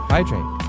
Hydrate